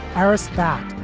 iris back.